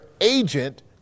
agent